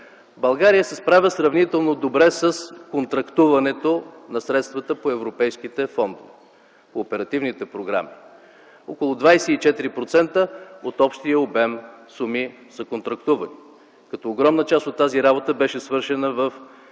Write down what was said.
„България се справя сравнително добре с контрактуването на средствата по европейските фондове, по оперативните програми – около 24% от общия обем суми са контрактувани”, като огромна част от тази работа беше свършена в